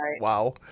Wow